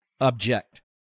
object